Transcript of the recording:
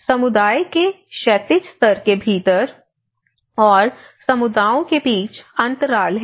समुदाय के क्षैतिज स्तर के भीतर और समुदायों के बीच अंतराल हैं